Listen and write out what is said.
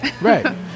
right